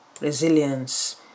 resilience